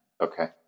Okay